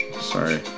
Sorry